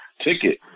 ticket